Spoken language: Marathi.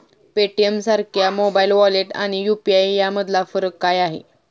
पेटीएमसारख्या मोबाइल वॉलेट आणि यु.पी.आय यामधला फरक काय आहे?